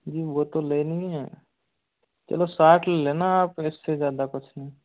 जी वह तो लेनी ही है चलो साठ ले लेना आप इससे ज़्यादा कुछ नहीं